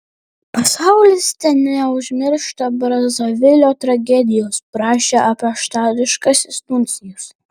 pasaulis teneužmiršta brazavilio tragedijos prašė apaštališkasis nuncijus